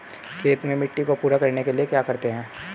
खेत में मिट्टी को पूरा करने के लिए क्या करते हैं?